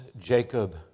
Jacob